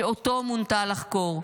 שאותו מונתה לחקור,